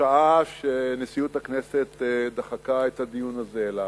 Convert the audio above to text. השעה שנשיאות הכנסת דחתה את הדיון הזה אליה,